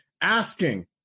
asking